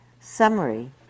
summary